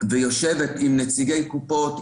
עם נציגי קופות,